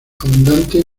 abundante